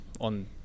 on